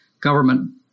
government